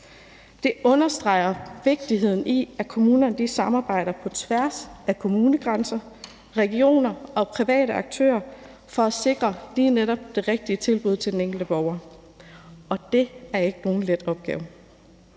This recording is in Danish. Det understreger vigtigheden af, at kommunerne samarbejder på tværs af kommunegrænser, regioner og med private aktører for at sikre lige netop det rigtige tilbud til den enkelte borger, og det er ikke nogen let opgave.